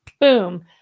boom